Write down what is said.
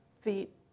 feet